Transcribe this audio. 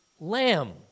lamb